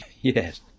Yes